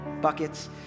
buckets